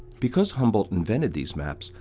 because humboldt invented these maps,